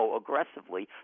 aggressively